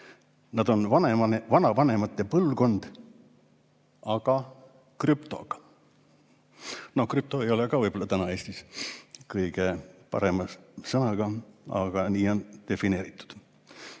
nad on vanavanemate põlvkond, aga krüptoga. No krüpto ei ole ka võib-olla täna Eestis kõige parem sõna, aga nii on defineeritud. Ja